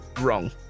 wrong